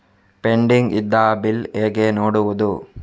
Pending ಇದ್ದ bill ಹೇಗೆ ನೋಡುವುದು?